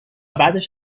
بعدش